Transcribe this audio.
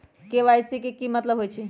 KYC के कि मतलब होइछइ?